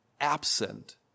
absent